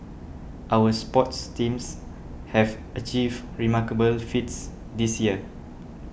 our sports teams have achieved remarkable feats this year